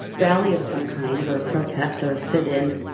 rally of some kind or a protest or a sit in.